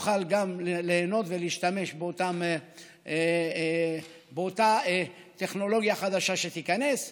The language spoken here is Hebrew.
יוכל גם הוא ליהנות ולהשתמש באותה טכנולוגיה חדשה שתיכנס.